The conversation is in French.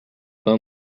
pain